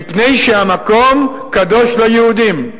מפני שהמקום קדוש ליהודים.